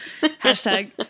Hashtag